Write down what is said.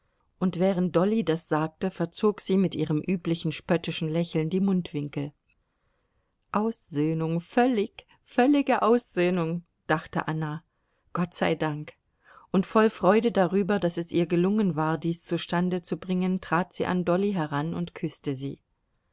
und während dolly das sagte verzog sie mit ihrem üblichen spöttischen lächeln die mundwinkel aussöhnung völlig völlige aussöhnung dachte anna gott sei dank und voll freude darüber daß es ihr gelungen war dies zustande zu bringen trat sie an dolly heran und küßte sie